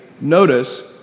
notice